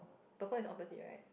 purple is opposite right